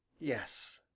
yes,